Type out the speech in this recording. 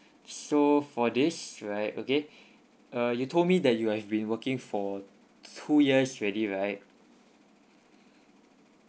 so for this right okay uh you told me that you have been working for two years already right